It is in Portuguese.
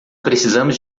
precisamos